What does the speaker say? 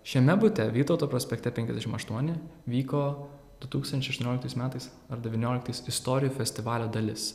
šiame bute vytauto prospekte penkiasdešim aštuoni vyko du tūkstančiai aštuonioliktais metais ar devynioliktais istorijų festivalio dalis